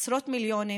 עשרות מיליונים,